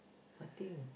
nothing